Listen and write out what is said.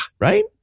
right